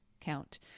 count